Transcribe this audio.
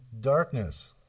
darkness